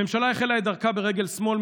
הממשלה החלה את דרכה ברגל שמאל,